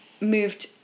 moved